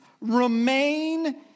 remain